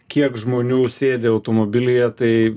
kiek žmonių sėdi automobilyje tai